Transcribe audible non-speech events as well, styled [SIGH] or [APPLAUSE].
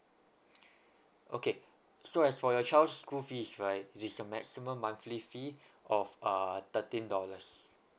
[BREATH] okay so as for your child's school fees right it is a maximum monthly fee of ah thirteen dollars